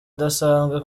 idasanzwe